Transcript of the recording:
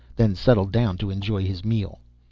then settled down to enjoy his meal.